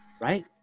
Right